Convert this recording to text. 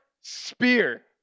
spear